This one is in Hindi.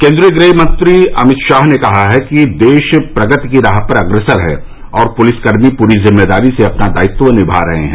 केन्द्रीय गृहमंत्री अमित शाह ने कहा है कि देश प्रगति की राह पर अग्रसर है और पुलिसकर्मी पूरी जिम्मेदारी से अपना दायित्व निमा रहे हैं